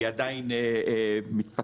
היא עדיין מתפתחת,